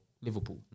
Liverpool